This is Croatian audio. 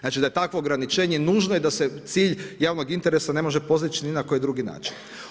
Znači da je takvo ograničenje nužno i da se cilj javnog interesa ne može postići ni na koji drugi način.